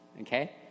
okay